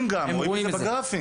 הם גם רואים את זה בגרפים.